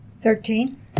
Thirteen